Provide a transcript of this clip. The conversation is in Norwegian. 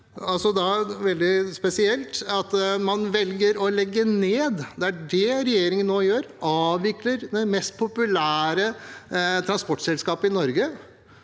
veldig spesielt at man velger å legge ned. Det er det regjeringen nå gjør: avvikler det mest populære transportselskapet i Norge.